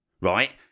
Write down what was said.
right